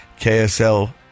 ksl